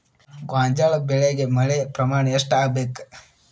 ಗೋಂಜಾಳ ಬೆಳಿಗೆ ಮಳೆ ಪ್ರಮಾಣ ಎಷ್ಟ್ ಆಗ್ಬೇಕ?